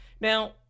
Now